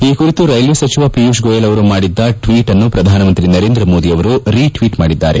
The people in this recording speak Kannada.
ಈ ಕುರಿತು ರೈಲ್ವೆ ಸಚಿವ ಪಿಯೂಷ್ ಗೊಯೆಲ್ ಅವರು ಮಾಡಿದ್ದ ಟ್ವೀಟ್ ಅನ್ನು ಪ್ರಧಾನಮಂತ್ರಿ ನರೇಂದ್ರ ಮೋದಿಯವರು ರೀ ಟ್ವೀಟ್ ಮಾಡಿದ್ದಾರೆ